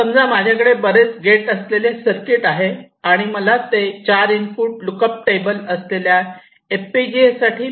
समजा माझ्याकडे बरेच गेट असलेले सर्किट आहे आणि मला ते चार इनपुट लुक अप टेबल असलेल्या एफपीजीएसाठी मॅप करायचे आहे